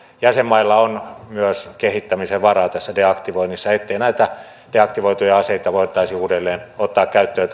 jäsenmailla on myös kehittämisen varaa tässä deaktivoinnissa ettei näitä deaktivoituja aseita tai aseen osia voitaisi uudelleen ottaa käyttöön